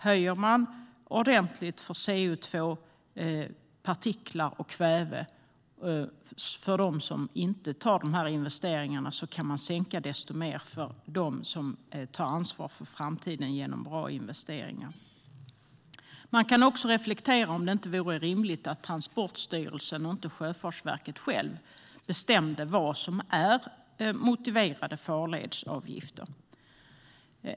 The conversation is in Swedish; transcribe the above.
Höjer man kostnaderna ordentligt för utsläpp av CO2, partiklar och kväve för dem som inte gör dessa investeringar kan man sänka kostnaderna desto mer för dem som tar ansvar för framtiden genom bra investeringar. Man kan också reflektera om det inte vore rimligt att Transportstyrelsen och inte Sjöfartsverket själv bestämde vad som är motiverade farledsavgifter.